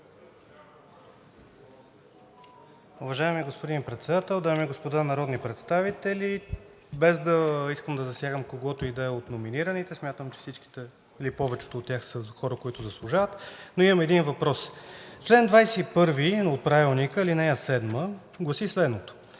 Уважаеми господин Председател! Дами и господа народни представители! Без да искам да засягам когото и да е от номинираните, смятам, че всичките или повечето от тях са хора, които заслужават, но имам един въпрос. Член 21, ал. 7 от Правилника гласи следното: